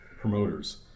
promoters